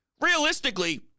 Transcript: Realistically